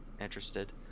interested